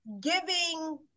giving